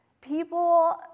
People